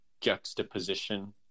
juxtaposition